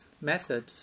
method